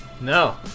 No